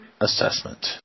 assessment